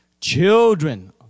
Children